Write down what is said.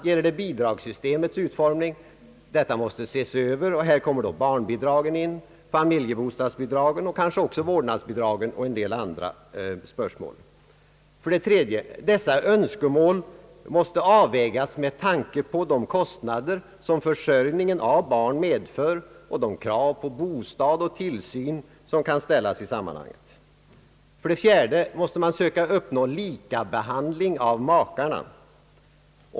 2) Bidragssystemets utformning måste ses över. Här berörs barnbidragen, familjebostadsbidragen, kanske också vårdnadsbidraget och en del andra spörsmål. 3) Dessa önskemål måste avvägas med tanke på de kostnader som försörjningen av barn medför och de krav på bostad och tillsyn som kan ställas i sammanhanget. 4) Man måste söka uppnå likabehandling av makarna.